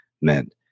meant